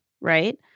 right